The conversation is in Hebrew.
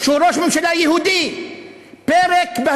שהוא ראש ממשלה יהודי,